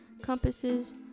compasses